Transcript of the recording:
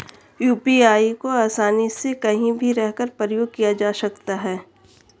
UPI को आसानी से कहीं भी रहकर प्रयोग किया जा सकता है